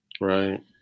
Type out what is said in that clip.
Right